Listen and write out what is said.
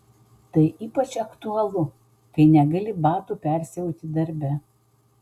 tai ypač aktualu kai negali batų persiauti darbe